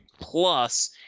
plus